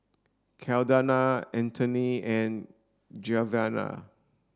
Caldonia Antony and Genevra